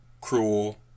cruel